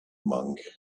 monk